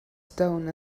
stone